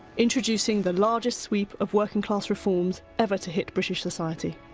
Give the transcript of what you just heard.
introducing the largest sweep of working class reforms ever to hit british society.